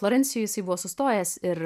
florencijoj jisai buvo sustojęs ir